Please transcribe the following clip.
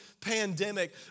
pandemic